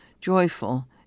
joyful